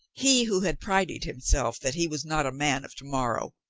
he who had prided himself that he was not a man of to-morrow!